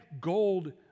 gold